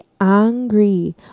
angry